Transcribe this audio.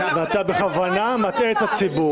ואתה בכוונה מטעה את הציבור.